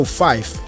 five